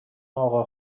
اقا